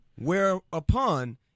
Whereupon